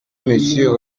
monsieur